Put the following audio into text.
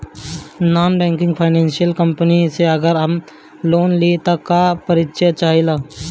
Non banking financial company से अगर हम लोन लि त का का परिचय चाहे ला?